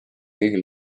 kõigile